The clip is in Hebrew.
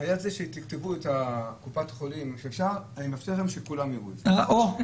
את נכנסת מאוחר